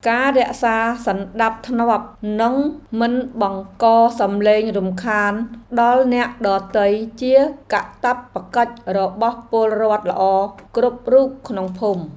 ការរក្សាសណ្តាប់ធ្នាប់និងមិនបង្កសំឡេងរំខានដល់អ្នកដទៃជាកាតព្វកិច្ចរបស់ពលរដ្ឋល្អគ្រប់រូបក្នុងភូមិ។